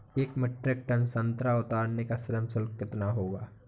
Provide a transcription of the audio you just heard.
एक metric ton संतरा उतारने का श्रम शुल्क कितना होगा?